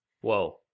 Whoa